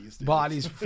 bodies